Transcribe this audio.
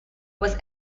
was